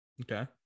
Okay